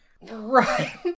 Right